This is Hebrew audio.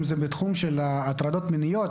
כמו בתחומי ההטרדות המיניות,